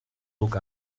look